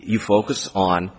you focus on